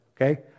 okay